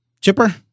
Chipper